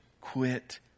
quit